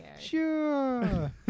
Sure